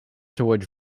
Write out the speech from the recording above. towards